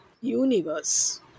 universe